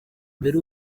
mbere